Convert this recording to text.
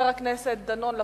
חבר הכנסת דנון,